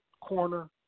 corner